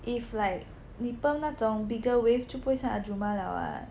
if like 你 perm 那种 bigger wave 就不像 ahjumma liao [what]